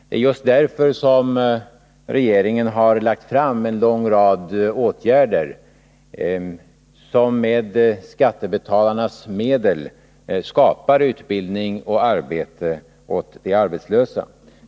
Det är just därför som regeringen har lagt fram förslag om en lång rad åtgärder som med skattebetalarnas medel skapar utbildning och arbete åt de arbetslösa.